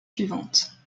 suivantes